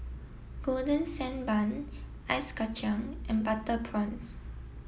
Golden Sand Bun Ice Kachang and Butter Prawns